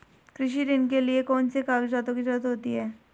कृषि ऋण के लिऐ कौन से कागजातों की जरूरत होती है?